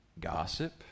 Gossip